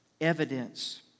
evidence